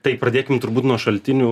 tai pradėkime turbūt nuo šaltinių